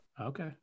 Okay